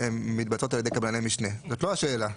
מתבצעות על ידי קבלני משנה זאת לא השאלה.